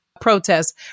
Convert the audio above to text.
protests